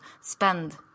spend